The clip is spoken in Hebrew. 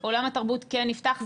עולם התרבות כן נפתח.